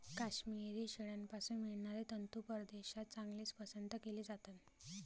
काश्मिरी शेळ्यांपासून मिळणारे तंतू परदेशात चांगलेच पसंत केले जातात